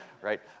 right